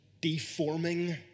deforming